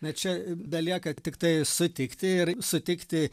na čia belieka tiktai sutikti ir sutikti